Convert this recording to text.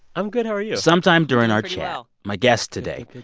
i'm good. how are you? sometime during our chat, my guest today,